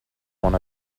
one